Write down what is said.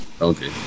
Okay